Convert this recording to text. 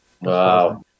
Wow